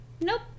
Nope